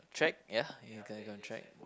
track ya you gonna go track